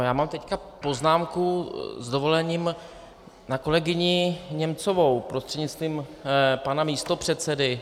Já mám teď poznámku s dovolením na kolegyni Němcovou prostřednictvím pana místopředsedy.